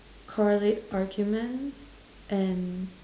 correlate arguments and